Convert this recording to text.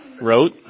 wrote